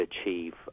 achieve